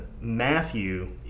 Matthew